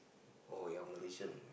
oh you are Malaysian